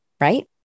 right